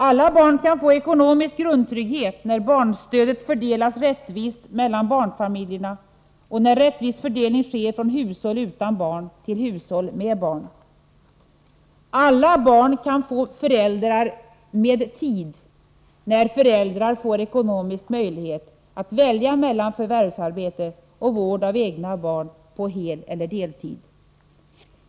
Alla barn kan få ekonomisk grundtrygghet, när barnstödet fördelas rättvist mellan barnfamiljerna och när rättvis fördelning sker från hushåll utan barn till hushåll med barn. Alla barn kan få föräldrar med tid, när föräldrarna får ekonomisk möjlighet att välja mellan förvärvsarbete och vård av egna barn på heleller deltid.